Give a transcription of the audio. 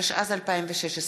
התשע"ז 2016,